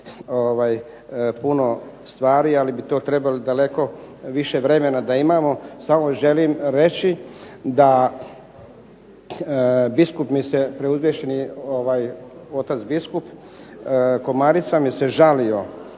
puno stvari, ali bi to trebali daleko više vremena da imamo. Samo želim reći da biskup mi se preuzvišeni, otac biskup Komarica mi se žalio